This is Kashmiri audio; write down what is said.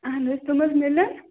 اَہَن حظ تِم حظ میلن